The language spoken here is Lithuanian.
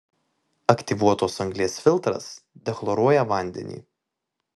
aktyvuotos anglies filtras dechloruoja vandenį